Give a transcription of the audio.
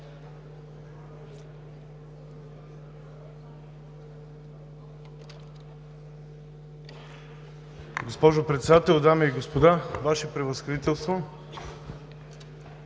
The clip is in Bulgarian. Госпожо Председател, дами и господа, Ваше Превъзходителство!